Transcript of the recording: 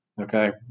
Okay